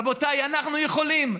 רבותיי, אנחנו יכולים.